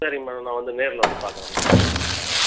சரிங்க மேடம் நான் வந்து நேரில் வந்து பார்க்குறேன் மேம் ஆ ஓகே